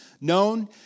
known